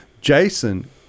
Jason